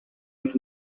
its